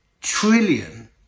trillion